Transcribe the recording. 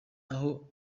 aho